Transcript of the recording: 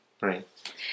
right